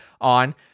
on